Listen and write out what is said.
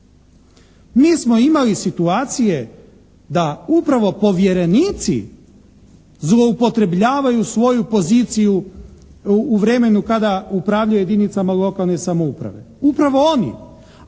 Mi smo imali situacije da upravo povjerenici zloupotrebljavaju svoju poziciju u vremenu kada upravljaju jedinicama lokalne samouprave. Upravo oni